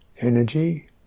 energy